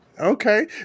Okay